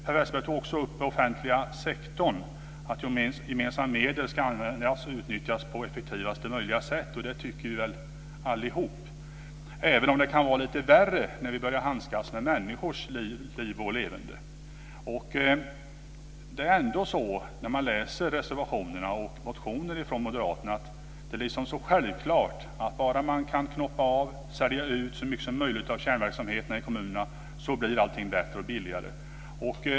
Per Westerberg tog också upp den offentliga sektorn, att gemensamma medel ska utnyttjas på effektivast möjliga sätt. Det tycker vi väl allihop, även om det kan vara lite värre när vi börjar handskas med människors liv och leverne. När man läser moderata reservationer och motioner är det så självklart att om det knoppar av och säljs ut så mycket kärnverksamhet som möjligt i kommunerna blir allt bättre och billigare.